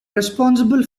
responsible